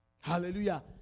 Hallelujah